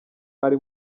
ari